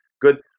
Good